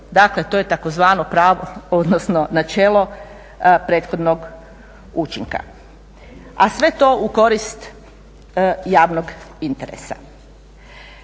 Dakle, to je tzv. pravo odnosno načelo prethodnog učinka. A sve to u korist javnog interesa.